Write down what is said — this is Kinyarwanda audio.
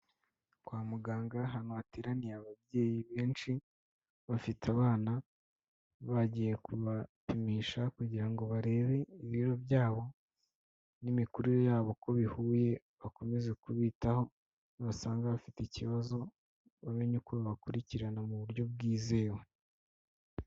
Kwa muganga ahantu hateraniye ababyeyi benshi bafite abana bagiye kubapimisha kugira ngo barebe ibiro byabo n'imikurire yabo ko bihuye bakomezaze kubitaho nibasanga bafite ikibazo bamenye uko bakurikirana mu buryo bwizewe.